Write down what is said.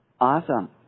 Awesome